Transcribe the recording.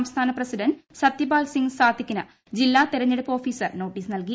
സംസ്ഥാന പ്രസിഡന്റ് സത്യപാൽ സിങ് സാത്തിക്കിന് ജില്ലാ തെരഞ്ഞെടുപ്പ് ഓഫീസർ നോട്ടീസ് നൽകി